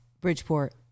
Bridgeport